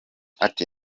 ati